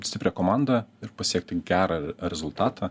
stiprią komandą ir pasiekti gerą rezultatą